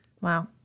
Wow